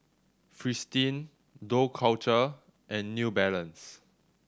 Fristine Dough Culture and New Balance